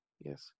Yes